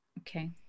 Okay